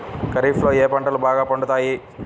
ఖరీఫ్లో ఏ పంటలు బాగా పండుతాయి?